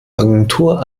agentur